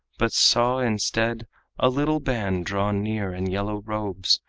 but saw instead a little band draw near in yellow robes,